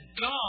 God